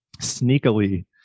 sneakily